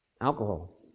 Alcohol